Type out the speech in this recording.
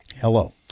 Hello